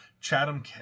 Chatham